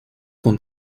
con